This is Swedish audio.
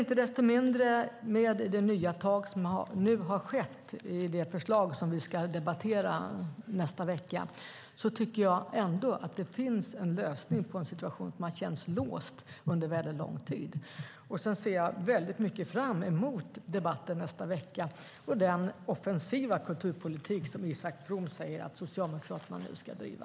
Inte desto mindre, med det nya tak som nu har kommit i det förslag som vi ska debattera i nästa vecka, tycker jag att det nu finns en lösning på en situation som har känts låst under lång tid. Jag ser mycket fram emot debatten som vi ska ha i nästa vecka och den offensiva kulturpolitik som Isak From säger att Socialdemokraterna nu ska driva.